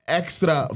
extra